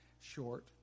short